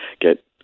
get